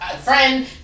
friend